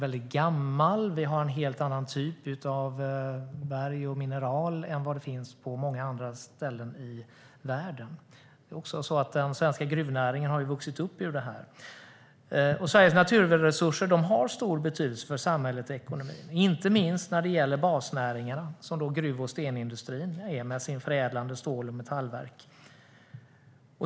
Här finns en helt annan typ av berg och mineral än på många andra ställen i världen, och den svenska gruvnäringen har vuxit fram ur detta. Sveriges naturresurser har stor betydelse för samhället och ekonomin, inte minst när det gäller basnäringarna som gruv och stenindustrin med sina förädlande stål och metallverk.